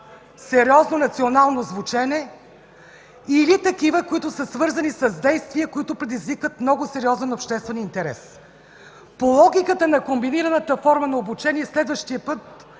сериозно национално звучене или такива, които са свързани с действия, които предизвикват много сериозен обществен интерес. По логиката на комбинираната форма на обучение следващия път